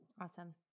Awesome